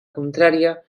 contrària